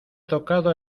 tocado